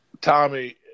Tommy